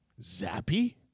Zappy